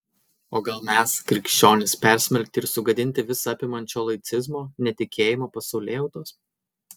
o gal mes krikščionys persmelkti ir sugadinti visa apimančio laicizmo netikėjimo pasaulėjautos